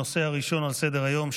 הנושא הראשון על סדר-היום,